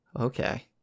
Okay